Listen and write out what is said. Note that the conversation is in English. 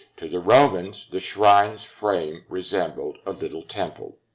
to the romans, the shrine's frame resembled a little temple.